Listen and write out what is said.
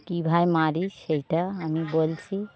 কী ভাবে মারি সেটা আমি বলছি